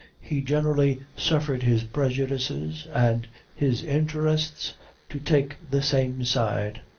he generally suffered his prejudices and his interests to take the same side.